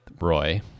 Roy